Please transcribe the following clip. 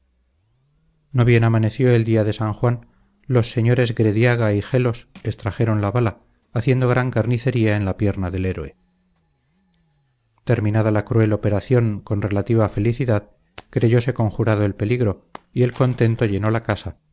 no bien amaneció el día de san juan los señores grediaga y gelos extrajeron la bala haciendo gran carnicería en la pierna del héroe terminada la cruel operación con relativa felicidad creyose conjurado el peligro y el contento llenó la casa